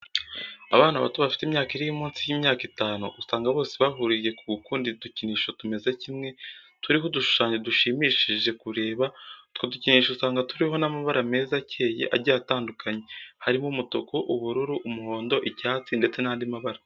Abana bato bafite imyaka iri munsi y'imyaka itanu, usanga bose bahuriye ku gukunda udukinisho tumeze kimwe, turiho udushushanyo dushimishije kureba, utwo dukinisho usanga turiho n'amabara meza akeye agiye atandukanye, harimo umutuku, ubururu, umuhondo, icyatsi, ndetse n'andi mabara.